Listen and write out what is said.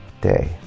day